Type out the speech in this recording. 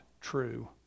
true